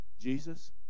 Jesus